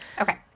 Okay